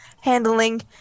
handling